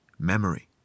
Memory